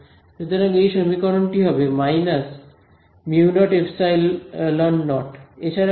সুতরাং এই সমীকরণটি হবে মাইনাস μ0 ε 0 এছাড়া কি